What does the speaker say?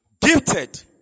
Gifted